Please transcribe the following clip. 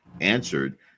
answered